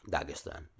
Dagestan